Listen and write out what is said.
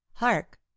Hark